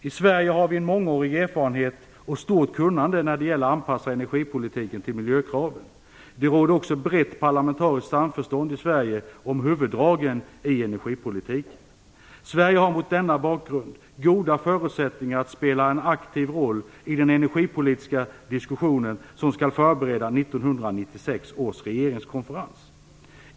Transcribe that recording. I Sverige har vi mångårig erfarenhet och stort kunnande när det gäller att anpassa energipolitiken till miljökraven. Det råder också ett brett parlamentariskt samförstånd i Sverige om huvuddragen i energipolitiken. Sverige har mot denna bakgrund goda förutsättningar att spela en aktiv roll i den energipolitiska diskussion som skall förbereda 1996 års regeringskonferens.